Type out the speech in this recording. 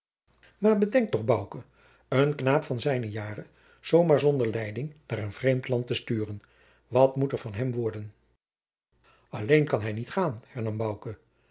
maar bedenk toch bouke een knaap van zijne jaren zoo maar zonder leiding naar een vreemd land te sturen wat moet er van hem worden alleen kan hij niet gaan